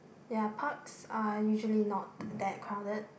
ya parks are usually not that crowded